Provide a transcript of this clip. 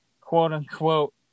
quote-unquote